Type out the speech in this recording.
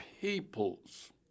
peoples